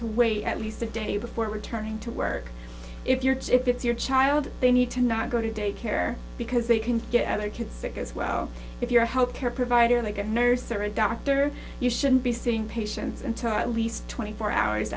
to wait at least a day before returning to work if you're to fix your child they need to not go to daycare because they can get other kids sick as well if you're a health care provider like a nurse or a doctor you shouldn't be seeing patients until at least twenty four hours